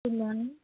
good morning